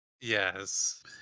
Yes